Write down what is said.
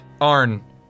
Arn